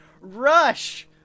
rush